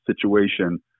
situation